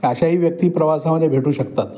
अशाही व्यक्ती प्रवासामध्ये भेटू शकतात